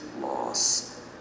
loss